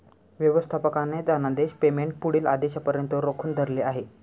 व्यवस्थापकाने धनादेश पेमेंट पुढील आदेशापर्यंत रोखून धरले आहे